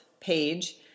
page